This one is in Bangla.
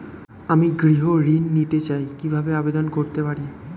আমি গৃহ ঋণ নিতে চাই কিভাবে আবেদন করতে পারি?